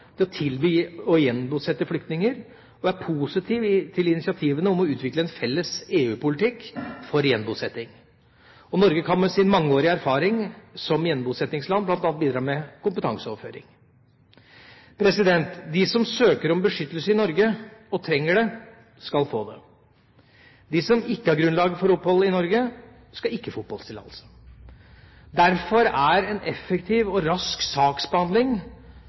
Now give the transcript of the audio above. å tilby å gjenbosette flyktninger, og er positiv til initiativene om å utvikle en felles EU-politikk for gjenbosetting. Norge kan med sin mangeårige erfaring som gjenbosettingsland bl.a. bidra med kompetanseoverføring. De som søker om beskyttelse i Norge og trenger det, skal få det. De som ikke har grunnlag for opphold i Norge, skal ikke få oppholdstillatelse. Derfor er en effektiv og rask saksbehandling